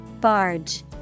Barge